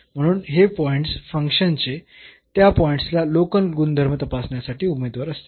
म्हणून हे पॉईंट्स फंक्शनचे त्या पॉईंट्सला लोकल गुणधर्म तपासण्यासाठी उमेदवार असतील